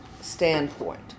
standpoint